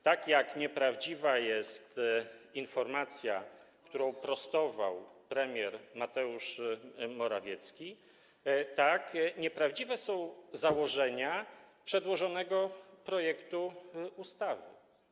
Tak jak nieprawdziwa jest informacja, którą prostował premier Mateusz Morawiecki, tak nieprawdziwe są założenia przedłożonego projektu ustawy.